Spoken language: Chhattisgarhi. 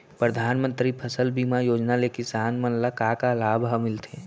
परधानमंतरी फसल बीमा योजना ले किसान मन ला का का लाभ ह मिलथे?